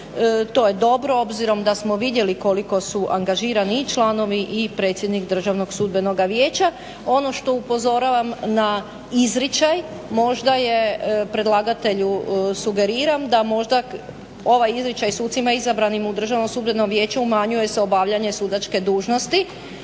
to je dobro obzirom da smo vidjeli koliko su angažirani i članovi i predsjednik Državnog sudbenog vijeća. Ono na što upozoravam na izričaj, možda je predlagatelju sugeriram da možda ovaj izričaj sucima izabranim u Državnom sudbenom vijeću umanjuje se obavljanje sudačke dužnosti.